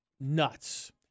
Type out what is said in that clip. nuts